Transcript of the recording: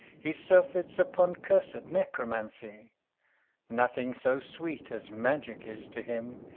he surfeits upon cursed necromancy nothing so sweet as magic is to him,